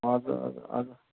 हजुर हजुर हजुर